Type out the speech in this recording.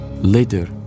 Later